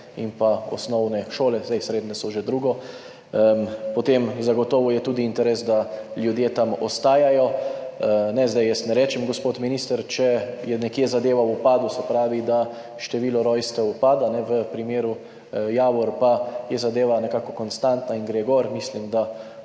in osnovne šole, srednje so že drugo, potem je zagotovo tudi interes, da ljudje tam ostajajo. Jaz ne rečem, gospod minister, če je zadeva nekje v upadu, se pravi da število rojstev upada, v primeru Javorij pa je zadeva nekako konstantna in gre gor, mislim, da